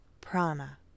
prana